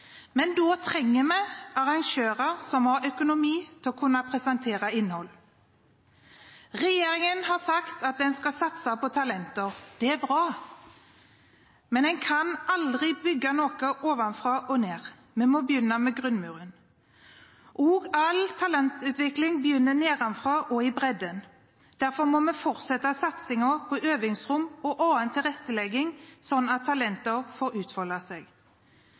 Men da trenger vi arrangører som har økonomi til å kunne presentere innhold. Regjeringen har sagt at den skal satse på talenter. Det er bra. Men en kan aldri bygge noe ovenfra og ned. Vi må begynne med grunnmuren. Også all talentutvikling begynner nedenfra og i bredden. Derfor må vi fortsette satsingen på øvingsrom og annen tilrettelegging sånn at talenter får utfolde seg.